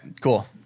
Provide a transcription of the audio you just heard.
cool